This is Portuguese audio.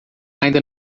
ainda